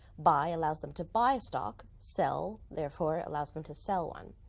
buy allows them to buy stock. sell, therefore, allows them to sell one.